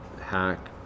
Hack